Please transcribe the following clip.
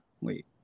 Wait